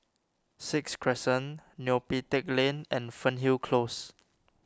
Sixth Crescent Neo Pee Teck Lane and Fernhill Close